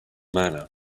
manner